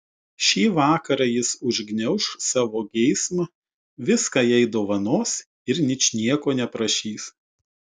šį vakarą jis užgniauš savo geismą viską jai dovanos ir ničnieko neprašys